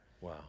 Wow